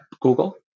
Google